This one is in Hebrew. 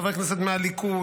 חברי הכנסת מהליכוד,